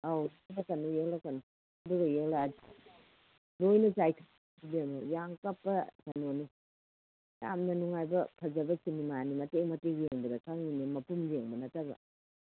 ꯑꯧ ꯌꯦꯛꯂꯛꯀꯅꯨ ꯌꯦꯛꯂꯛꯀꯅꯨ ꯑꯗꯨꯒ ꯌꯦꯛꯂꯛꯑꯗꯤ ꯂꯣꯏꯅ ꯆꯥꯏꯊꯣꯛꯈꯤꯗꯅ ꯌꯥꯝ ꯀꯞꯄ ꯀꯩꯅꯣꯅꯤ ꯌꯥꯝꯅ ꯅꯨꯡꯉꯥꯏꯕ ꯐꯖꯕ ꯁꯤꯅꯤꯃꯥꯅꯤ ꯃꯇꯦꯛ ꯃꯇꯦꯛ ꯌꯦꯡꯕꯗ ꯈꯪꯏꯅꯤ ꯃꯄꯨꯝ ꯌꯦꯡꯕꯗ ꯅꯠꯇꯕ